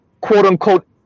quote-unquote